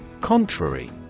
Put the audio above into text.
Contrary